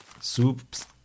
Soups